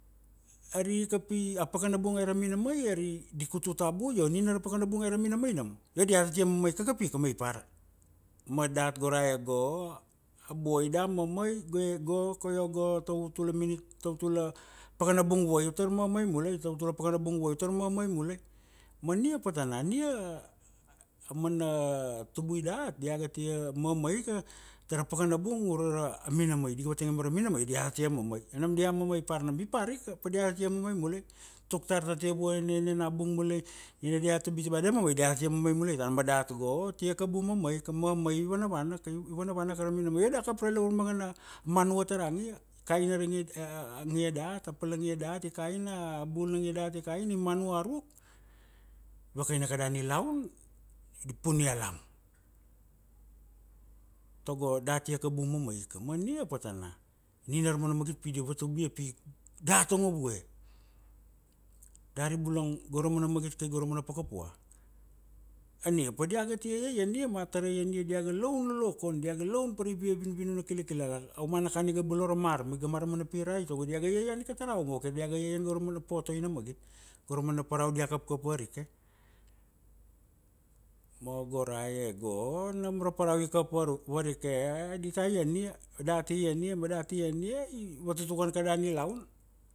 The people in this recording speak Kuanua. arika pi a pakana bung aira minamai ari di kutu tabu io nina ra pakana bung ai ra minamai nam. io diata tia mamai kakapika ma i par. ma daat go ra eh go a buai da mamai goi goko iogo tautula minute tautula pakanabung vua u tar mamai mulai tautula pakanabung vuai utar mamai mulai. ma ania patana nia amana tubui dat diaga tia mamaika tara pakana bung ure ra minamai. diga vatang ia mara minamai diata tia mamai. io nam dia mamai par i parika. pa diata tia mamai mulai. tuk tar ta tia vana enena bung mulai ina da biti ba da mamai mulai io diata tia mamai mulai tana ma dat go tia kabu mamaika mamai i vanavanaka i vanavanaka ra minamai io da kap ra lavur mangana manua tara ngia i kaina ra ngia ngia daat a palangie dat i kaina a bul na ngie daat i kaina i manua ruk i wakaina kada nilaun di pun ia a lam. tago da tia kabu mamai ika ma ania patana. nina ra mana magit pi di vatabu ia pi data ngo vue. dari bula go ra mana magit kai ra mana paka-pua. ania pa diaga tia iaiania ma a tarai ania diaga laun lolokon diaga laun pa ra ivia vinvinun na kilakilala, aumana kan iga bolo ra mar, ma iga mar ma i pirai tago diaga iaian ika tara uma kir diaga iaian gora mana po-otoi na na magit. gora mana parau dia kapkap warike. ma go ra e go nam ra parau i kap kap waru warike dita ian ia. dati ian ia ma dati ian ia i watutukan kada nilaun